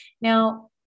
Now